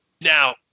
now